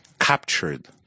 captured